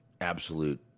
absolute